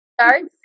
starts